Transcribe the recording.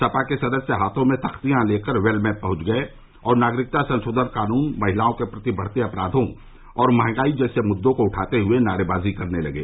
सपा के सदस्य हाथों में तख्तियां लेकर वेल में पहुंच गये और नागरिकता संरोधन कानून महिलाओं के प्रति बढ़ते अपराधों और महंगाई जैसे मुद्दों को उठाते हुए नारेबाजी करने लगे